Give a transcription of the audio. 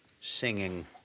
singing